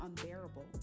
unbearable